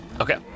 Okay